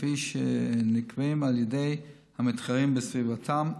כפי שנקבעים על ידי המתחרים בסביבתם.